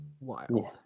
wild